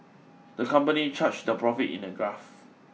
the company charted their profits in a graph